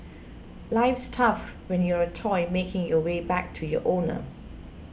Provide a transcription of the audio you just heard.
life's tough when you're a toy making your way back to your owner